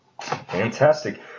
Fantastic